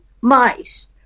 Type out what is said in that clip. mice